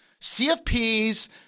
CFPs